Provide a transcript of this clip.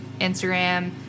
Instagram